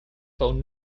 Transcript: phone